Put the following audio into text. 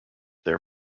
their